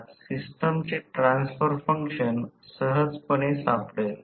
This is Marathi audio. हे विकसित केल आणि नंतर सोपी समजुती बनवतो